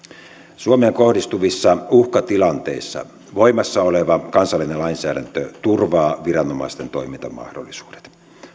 suomeen kohdistuvissa uhkatilanteissa voimassa oleva kansallinen lainsäädäntö turvaa viranomaisten toimintamahdollisuudet